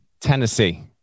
Tennessee